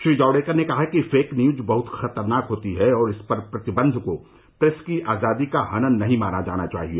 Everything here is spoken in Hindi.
श्री जावड़ेकर ने कहा कि फेक न्यूज बहुत खतरनाक होती है और इस पर प्रतिबंध को प्रेस की आजादी का हनन नहीं माना जाना चाहिए